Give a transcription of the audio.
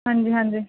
ਹਾਂਜੀ ਹਾਂਜੀ